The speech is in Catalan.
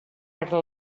ara